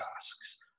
tasks